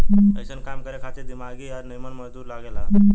अइसन काम करे खातिर दिमागी आ निमन मजदूर लागे ला